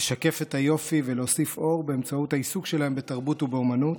לשקף את היופי ולהוסיף אור באמצעות העיסוק שלהם בתרבות ובאומנות.